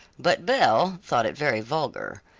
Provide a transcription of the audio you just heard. but belle thought it very vulgar,